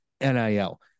NIL